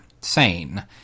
sane